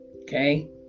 Okay